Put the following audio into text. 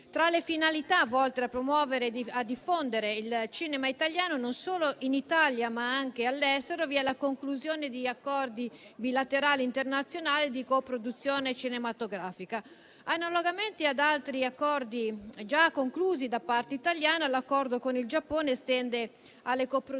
Tra le finalità, volte a promuovere e a diffondere il cinema italiano non solo in Italia, ma anche all'estero, vi è la conclusione di accordi bilaterali internazionali di coproduzione cinematografica. Analogamente ad altri accordi già conclusi da parte italiana, quello con il Giappone estende alle coproduzioni